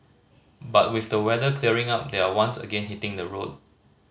but with the weather clearing up they are once again hitting the road